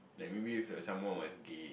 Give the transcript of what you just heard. like maybe like if someone was gay